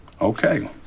Okay